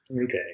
Okay